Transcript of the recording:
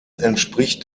entspricht